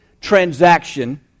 transaction